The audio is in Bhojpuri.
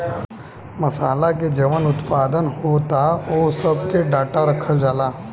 मासाला के जवन उत्पादन होता ओह सब के डाटा रखल जाता